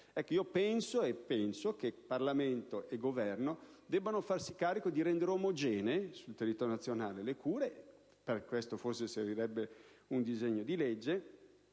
Io penso che Parlamento e Governo debbano farsi carico di rendere omogenee sul territorio nazionale le cure - per questo forse servirebbe un disegno di legge